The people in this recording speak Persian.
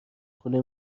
خونه